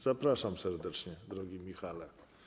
Zapraszam serdecznie, drogi Michale.